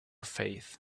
faith